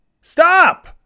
Stop